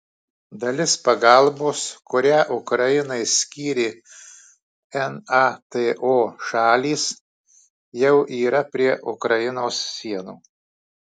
dalis pagalbos kurią ukrainai skyrė nato šalys jau yra prie ukrainos sienų